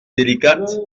délicate